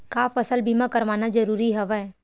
का फसल बीमा करवाना ज़रूरी हवय?